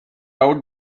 out